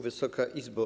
Wysoka Izbo!